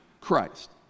Christ